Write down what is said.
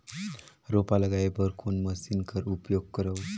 रोपा लगाय बर कोन मशीन कर उपयोग करव?